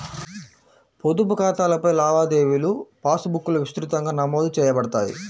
పొదుపు ఖాతాలపై లావాదేవీలుపాస్ బుక్లో విస్తృతంగా నమోదు చేయబడతాయి